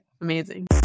Amazing